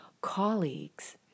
colleagues